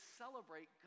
celebrate